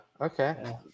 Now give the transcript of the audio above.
okay